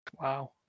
Wow